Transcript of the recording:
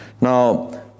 Now